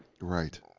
Right